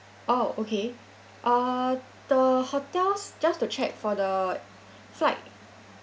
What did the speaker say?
oh okay uh the hotels just to check for the flight